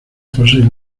fósiles